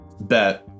bet